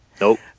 nope